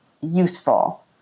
useful